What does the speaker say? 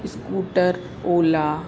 scooter ola